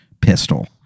pistol